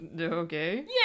Okay